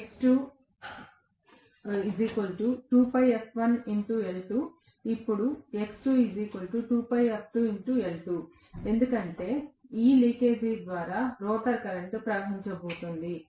ఇప్పుడు ఎందుకంటే ఈ లీకేజీ ద్వారా రోటర్ కరెంట్ ప్రవహిస్తోంది